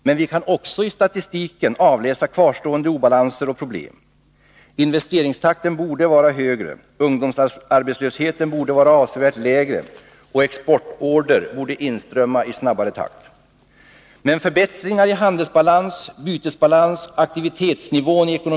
Men vi kan också i statistiken avläsa kvarstående obalanser och problem. Torsdagen den Investeringstakten borde vara högre, ungdomsarbetslösheten borde vara 10 juni 1982 avsevärt lägre och exportorder borde inströmma i snabbare takt.